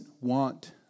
want